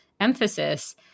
emphasis